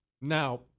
Now